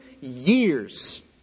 years